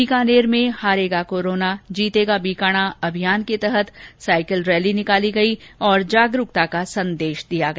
बीकानेर में हारेगा कोरोना जीतेगा बीकाणा अभियान के तहत साइकिल रैली निकाली गई और जागरूकता का संदेश दिया गया